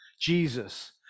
Jesus